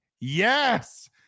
Yes